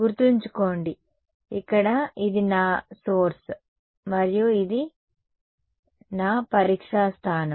గుర్తుంచుకోండి ఇక్కడ ఇది నా సోర్స్ మరియు ఇది నా పరీక్షా స్థానం